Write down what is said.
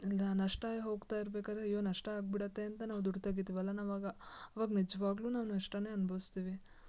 ಇಲ್ಲ ನಷ್ಟ ಆಗಿ ಹೋಗ್ತಾ ಇರ್ಬೇಕಾದ್ರೆ ಅಯ್ಯೋ ನಷ್ಟ ಆಗ್ಬಿಡುತ್ತೆ ಅಂತ ನಾವು ದುಡ್ಡು ತೆಗಿತೀವಲ್ಲ ನಾವು ಅವಾಗ ಅವಾಗ ನಿಜವಾಗ್ಲು ನಾವು ನಷ್ಟನೇ ಅನ್ಬವಿಸ್ತೀವಿ